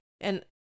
and-